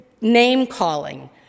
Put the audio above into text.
name-calling